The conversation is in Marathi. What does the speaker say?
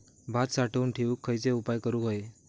भात साठवून ठेवूक खयचे उपाय करूक व्हये?